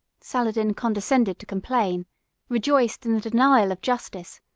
saladin condescended to complain rejoiced in the denial of justice,